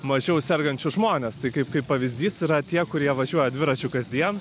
mažiau sergančius žmones tai kaip kaip pavyzdys yra tie kurie važiuoja dviračiu kasdien